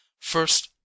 First